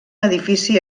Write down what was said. edifici